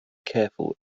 careful